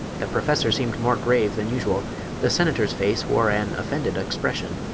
the professor seemed more grave than usual the senator's face wore an offended expression,